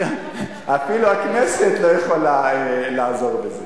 אפילו הכנסת לא יכולה לעזור בזה.